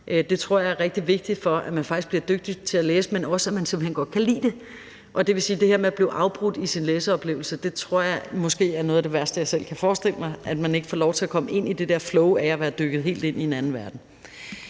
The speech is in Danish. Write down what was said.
jeg faktisk er rigtig vigtigt for, at man bliver dygtig til at læse, men også for, at man simpelt hen godt kan lide det. Det her med at blive afbrudt i sin læseoplevelse tror jeg måske er noget af det værste, jeg selv kan forestille mig, altså at man ikke får lov til at komme ind i det der flow, hvor man er dykket helt ind i en anden verden.